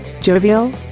jovial